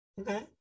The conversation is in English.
Okay